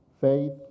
faith